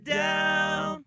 down